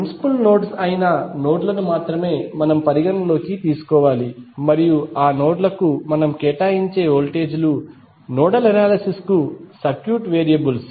principle nodes అయిన node ల ను మాత్రమే మనము పరిగణనలోకి తీసుకోవాలి మరియు ఆ నోడ్ ల కు మనము కేటాయించే వోల్టేజీలు నోడల్ అనాలసిస్ కు సర్క్యూట్ వేరియబుల్స్